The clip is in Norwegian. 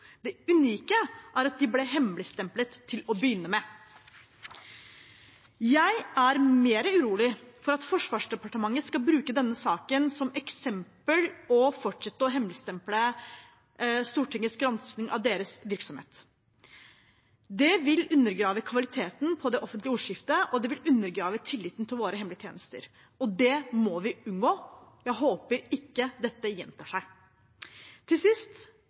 Det unike er at de ble hemmeligstemplet til å begynne med. Jeg er mer urolig for at Forsvarsdepartementet skal bruke denne saken som eksempel og fortsette å hemmeligstemple Stortingets gransking av deres virksomhet. Det vil undergrave kvaliteten på det offentlige ordskiftet, og det vil undergrave tilliten til våre hemmelige tjenester. Det må vi unngå. Jeg håper ikke dette gjentar seg. Til sist